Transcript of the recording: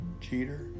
cheater